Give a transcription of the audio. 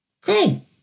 cool